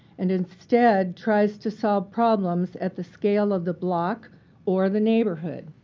and instead tries to solve problems at the scale of the block or the neighborhood.